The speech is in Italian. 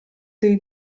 dei